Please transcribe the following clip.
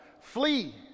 Flee